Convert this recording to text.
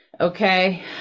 okay